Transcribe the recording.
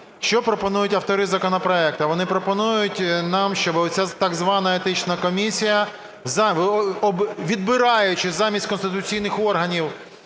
Що пропонують автори законопроекту. Вони пропонують нам, щоб ця так звана Етична комісія, відбираючи, замість конституційних органів,